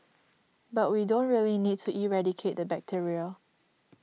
but we don't really need to eradicate the bacteria